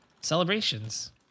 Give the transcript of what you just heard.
celebrations